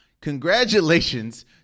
congratulations